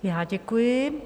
Já děkuji.